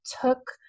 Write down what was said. took